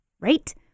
right